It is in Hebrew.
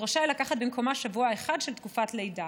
והוא רשאי לקחת במקומה שבוע אחד של תקופת לידה.